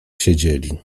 siedzieli